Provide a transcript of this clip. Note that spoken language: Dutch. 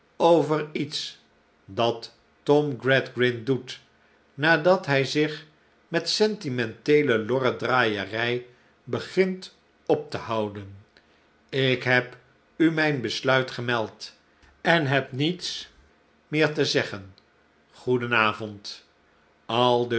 over iets dat tom gradgrind doet nadat hij zich met sentimenteele lorrendraaierij begint op te houden ik heb u mijn besluit gemeld en heb niets meer te zeggen goedenavond aldus